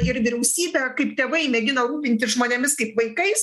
ir vyriausybė kaip tėvai mėgina rūpintis žmonėmis kaip vaikais